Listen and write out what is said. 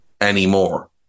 anymore